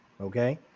okay